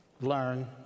learn